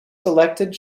selected